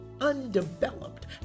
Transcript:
undeveloped